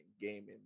gaming